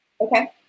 Okay